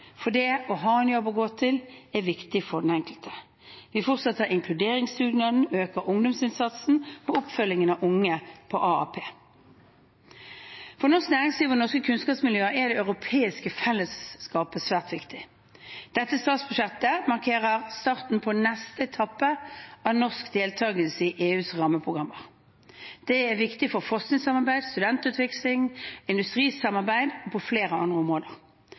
for det å ha en jobb å gå til er viktig for den enkelte. Vi fortsetter inkluderingsdugnaden og øker ungdomsinnsatsen og oppfølgingen av unge på AAP. For norsk næringsliv og norske kunnskapsmiljøer er det europeiske fellesskapet svært viktig. Dette statsbudsjettet markerer starten på neste etappe av norsk deltakelse i EUs rammeprogrammer. Det er viktig for forskningssamarbeid, studentutveksling, industrisamarbeid og flere andre områder.